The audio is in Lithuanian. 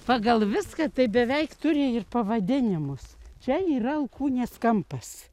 pagal viską tai beveik turi ir pavadinimus čia yra alkūnės kampas